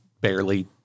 barely